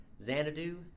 Xanadu